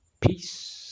Peace